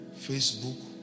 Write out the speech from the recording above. Facebook